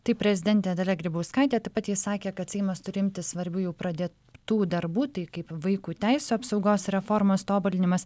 taip prezidentė dalia grybauskaitė taip pat ji sakė kad seimas turi imtis svarbių jau pradėtų darbų tai kaip vaikų teisių apsaugos reformos tobulinimas